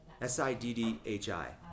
S-I-D-D-H-I